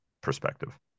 perspective